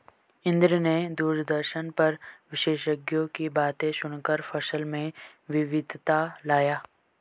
इंद्र ने दूरदर्शन पर विशेषज्ञों की बातें सुनकर फसल में विविधता लाया